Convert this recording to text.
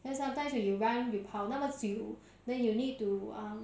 cause sometimes when you run you 跑那么久 then you need to um